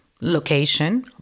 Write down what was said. location